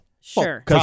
Sure